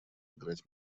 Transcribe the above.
играть